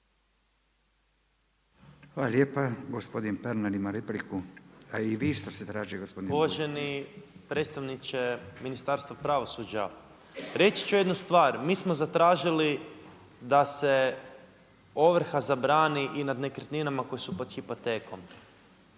Hvala lijepa. Gospodin Pernar ima repliku. **Pernar, Ivan (Živi zid)** Uvaženi predstavniče ministarstva pravosuđa. Reći ću jednu stvar, mi smo zatražili da se ovrha zabrani i nad nekretninama koje su pod hipotekom.